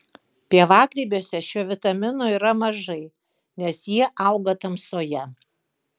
pievagrybiuose šio vitamino yra mažai nes jie auga tamsoje